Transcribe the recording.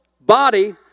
body